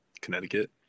Connecticut